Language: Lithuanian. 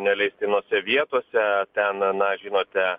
neleistinose vietose ten na žinote